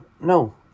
No